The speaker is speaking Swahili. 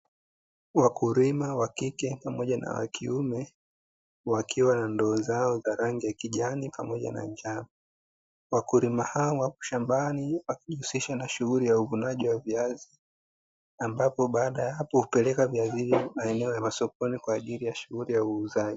Wakulima wa kike pamoja na wa kiume, wakiwa na ndoo zao za rangi ya kijan pamoja na njano. Wakulima hawa wapo shambani wakijihusisha na shughuli ya uvunaji wa viazi, ambapo baada ya hapo hupeleka viazi hivyo maeneo ya masokoni kwa ajili ya shughuli ya uuzaji.